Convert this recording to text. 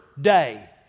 day